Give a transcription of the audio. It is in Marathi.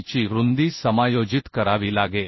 ची रुंदी समायोजित करावी लागेल